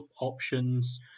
options